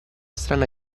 strana